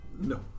No